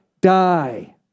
die